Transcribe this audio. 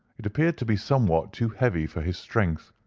it appeared to be somewhat too heavy for his strength,